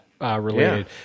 related